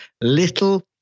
Little